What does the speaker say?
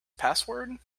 password